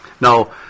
Now